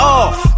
off